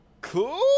cool